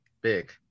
big